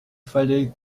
fallait